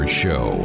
show